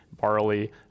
barley